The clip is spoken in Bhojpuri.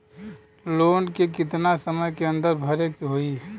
लोन के कितना समय के अंदर भरे के होई?